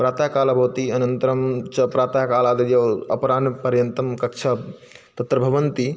प्रातःकाल भवति अनन्तरं च प्रातःकालाद् यः अपराह्नपर्यन्तं कक्षाः तत्र भवन्ति